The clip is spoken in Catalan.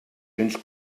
cents